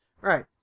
Right